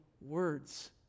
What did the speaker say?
words